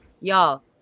y'all